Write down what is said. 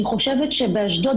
לפני שניגש לנושא הדיון שהוא